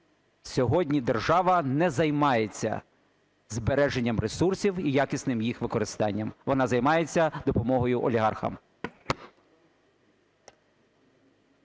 Сьогодні держава не займається збереженням ресурсів і якісним їх використанням. Вона займається допомогою олігархам.